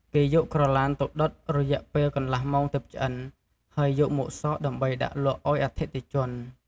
គេយកក្រទ្បានទៅដុតរយៈពេលកន្លះម៉ោងទើបឆ្អិន ហើយយកមកសកដើម្បីដាក់លក់ឱ្យអតិថិជន។